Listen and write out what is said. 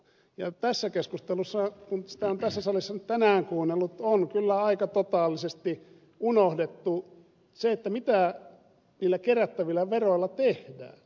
ja tässä keskustelussa kun sitä on tässä salissa nyt tänään kuunnellut on kyllä aika totaalisesti unohdettu se mitä niillä kerättävillä veroilla tehdään